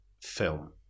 film